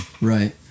Right